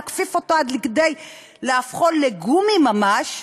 להכפיף אותו עד כדי הפיכתו לגומי ממש.